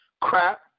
crap